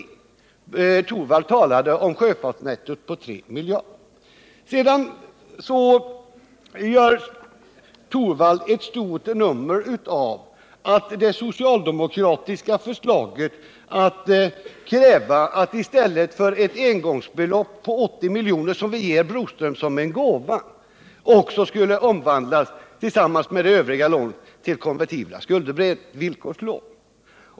Rune Torwald talade själv om ett sjöfartsnetto på 3 miljarder kronor. Rune Torwald gör ett stort nummer av det socialdemokratiska förslaget om att det engångsbelopp på 80 milj.kr. som vi ger Broströms i gåva, i stället tillsammans med övriga lån skulle omvandlas till konvertibla skuldebrev, dvs. villlkorslån.